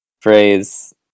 phrase